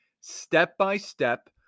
step-by-step